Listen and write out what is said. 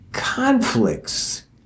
conflicts